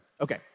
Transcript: Okay